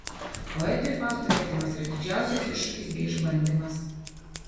poetui fausto vertimas yra didžiausias iššūkis bei išbandymas